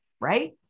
right